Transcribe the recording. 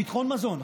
ביטחון מזון.